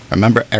Remember